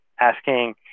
asking